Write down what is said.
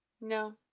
No